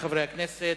הכנסת,